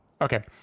Okay